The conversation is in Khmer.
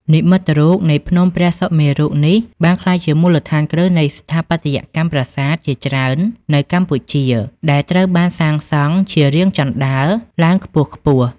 និមិត្តរូបនៃភ្នំព្រះសុមេរុនេះបានក្លាយជាមូលដ្ឋានគ្រឹះនៃស្ថាបត្យកម្មប្រាសាទជាច្រើននៅកម្ពុជាដែលត្រូវបានសាងសង់ជារាងជណ្ដើរឡើងខ្ពស់ៗ។